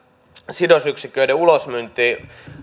sidosyksiköiden ulosmyyntirajaan